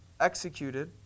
executed